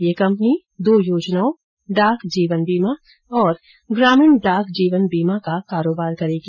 यह कंपनी दो योजनाओं डाक जीवन बीमा और ग्रामीण डाक जीवन बीमा का कारोबार करेगी